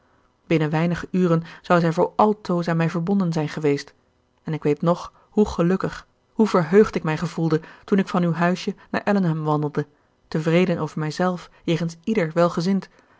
binnen weinige uren zou zij voor altoos aan mij verbonden zijn geweest en ik weet nog hoe gelukkig hoe verheugd ik mij gevoelde toen ik van uw huisje naar allenham wandelde tevreden over mijzelf jegens ieder welgezind